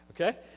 Okay